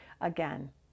again